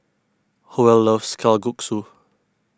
Howell loves Kalguksu